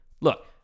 Look